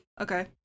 Okay